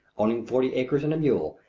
owning forty acres and a mule,